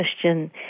question